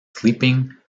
sleeping